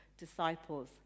disciples